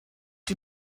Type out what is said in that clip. die